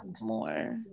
more